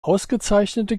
ausgezeichnete